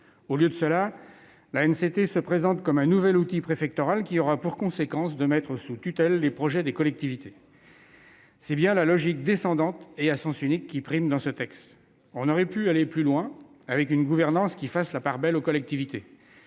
Au lieu de cela, l'ANCT se présente comme un nouvel outil préfectoral, dont la mise en oeuvre aura pour conséquence de mettre sous tutelle les projets des collectivités. C'est bien la logique descendante et à sens unique qui prime dans ce texte ! On aurait pu aller plus loin, avec une gouvernance qui fasse la part belle aux collectivités.